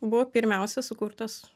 buvo pirmiausia sukurtas